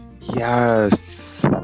yes